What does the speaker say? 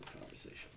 conversation